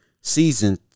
season